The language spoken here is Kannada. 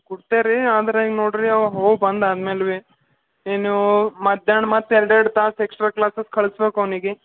ಕೊಡ್ತೆ ರಿ ಆದ್ರೆ ಏನು ನೋಡಿರಿ ಅವ ಹೋಗಿ ಬಂದಾದ ಮೇಲೆ ಭೀ ಇನ್ನೂ ಮಧ್ಯಾಹ್ನ ಮತ್ತೀ ಎರಡೆರಡು ತಾಸು ಎಕ್ಸ್ಟ್ರಾ ಕ್ಲಾಸಸ್ ಕಳ್ಸ್ಬೇಕು ಅವ್ನಿಗೆ